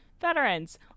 Veterans